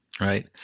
Right